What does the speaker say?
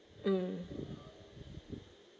um